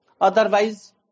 Otherwise